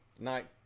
night